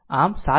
આમ 7